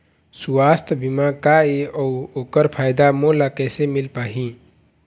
सुवास्थ बीमा का ए अउ ओकर फायदा मोला कैसे मिल पाही?